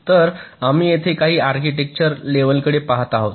तर आम्ही येथे काही आर्किटेक्चर लेव्हलकडे पाहत आहोत